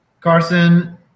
Carson